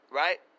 right